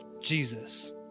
Jesus